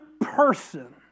person